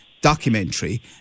documentary